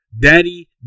daddy